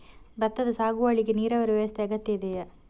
ಭತ್ತದ ಸಾಗುವಳಿಗೆ ನೀರಾವರಿ ವ್ಯವಸ್ಥೆ ಅಗತ್ಯ ಇದೆಯಾ?